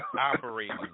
operating